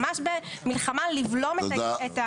ממש במלחמה לבלום את הפגיעה.